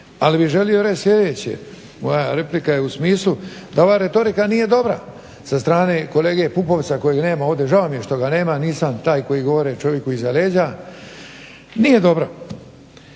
Ali bih želio reći sljedeće, moja je replika u smislu da ova retorika nije dobra sa stane kolege PUpovca kojeg nema ovdje. Žao mi je što ga nema ovdje, nisam taj koji govori čovjeku iza leđa. Nije dobro.